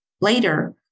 Later